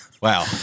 Wow